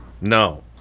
No